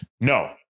No